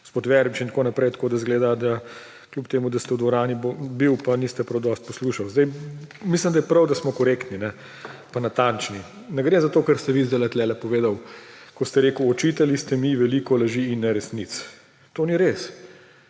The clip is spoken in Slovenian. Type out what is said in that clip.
da izgleda, da kljub temu, da ste v dvorani bili, niste prav dosti poslušali. Mislim, da je prav, da smo korektni pa natančni. Ne gre za to, kar ste vi zdaj tukaj povedali, ko ste rekli, očitali ste mi veliko laži in neresnic. To ni res.